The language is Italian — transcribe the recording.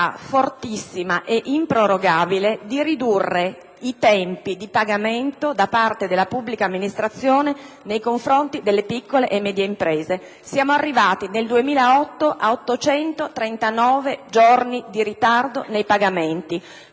fortissima e improrogabile di ridurre i tempi di pagamento da parte della pubblica amministrazione nei confronti delle piccole e medie imprese. Nel 2008 siamo arrivati a 839 giorni di ritardo nei pagamenti.